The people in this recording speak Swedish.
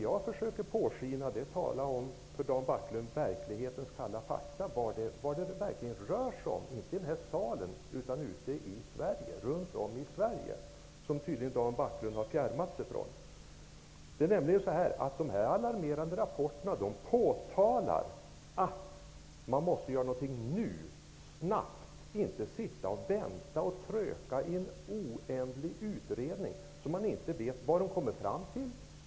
Jag försöker tala om för Rune Backlund vad det verkligen rör sig om, inte i den här salen utan runt om i Sverige, vilket Rune Backlund tydligen har fjärmat sig ifrån. I dessa alarmerande rapporter påtalas att man måste göra någonting nu, snabbt. Man kan inte sitta och vänta och ''tröka'' i en oändlig utredning. Man har ingen aning om vad den kommer fram till.